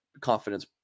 confidence